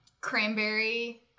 cranberry